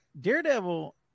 Daredevil